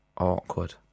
awkward